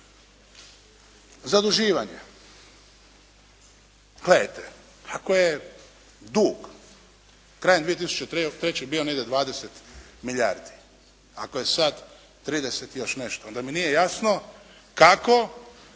Zaduživanje. Gledajte, ako je dug krajem 2003. bio negdje 20 milijardi, ako je sad 30 i još nešto, onda mi nije jasno kako